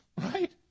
Right